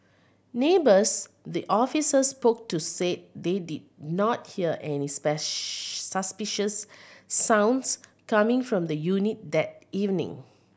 neighbours the officers spoke to said they did not hear any suspicious sounds coming from the unit that evening